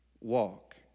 walk